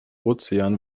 ozean